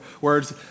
words